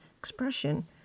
expression